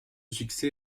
succès